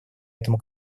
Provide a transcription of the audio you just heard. этому